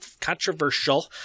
controversial